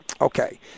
Okay